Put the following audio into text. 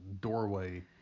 doorway